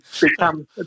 become